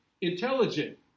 intelligent